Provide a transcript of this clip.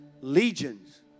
Legions